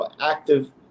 active